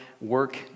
work